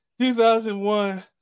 2001